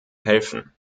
helfen